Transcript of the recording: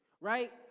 right